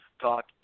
Talk